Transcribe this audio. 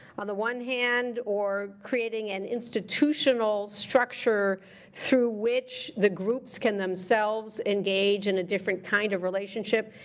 on the one hand, or creating an institutional structure through which the groups can themselves engage in a different kind of relationship.